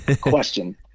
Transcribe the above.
question